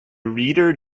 reader